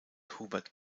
hubert